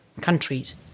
countries